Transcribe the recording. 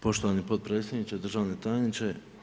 Poštovani potpredsjedniče, državni tajniče.